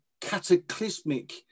cataclysmic